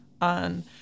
on